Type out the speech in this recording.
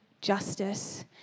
justice